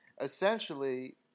essentially